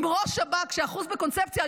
עם ראש שב"כ שאחוז בקונספציה.